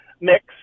mix